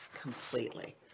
completely